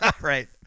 right